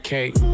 Kate